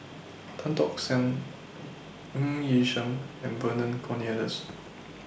Tan Tock San Ng Yi Sheng and Vernon Cornelius